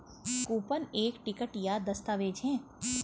coupon एक ticket या दस्तावेज़ है